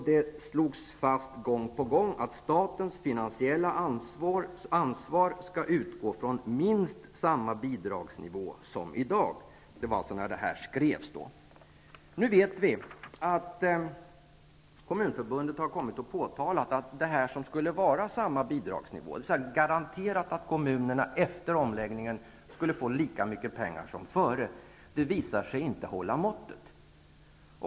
Det slogs gång på gång fast att ''statens finansiella ansvar skall utgå från minst samma bidragsnivå som i dag'', dvs. nivån vid det tillfälle då detta skrevs. Nu vet vi att att Kommunförbundet har påtalat att det som skulle vara samma bidragsnivå, dvs. att man garanterade att kommunerna efter omläggningen skulle få lika mycket pengar som före, inte visar sig hålla måttet.